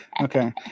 Okay